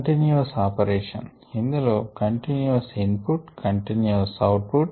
continuous operation ఇందులో continuous input continuous out put